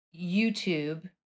YouTube